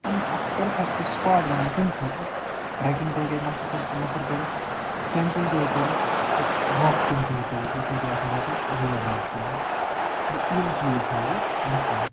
تہٕ یہِ چھُ اَکھ پرفیٚکٹہٕ سٕپاٹ بنان کٔمہِ خٲطرٕ ٹریٚکِنٛگ تہِ ہیٚکہِ اَتہِ نفر کٔرِتھ کیٚمپِنٛگ تہِ ہیٚکہِ کٔرِتھ تہٕ رافٹِنٛگ تہِ ہیٚکہِ کٔرِتھ یِتھ پٲٹھۍ تۄہہِ آسوٕ بوٗزمُت رِیوَر رافٹِنٛگ گوٚو یِم چیٖز چھِ اَتہِ گژھان